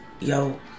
yo